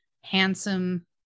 Handsome